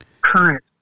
current